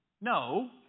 no